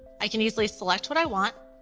i can easily select what i want,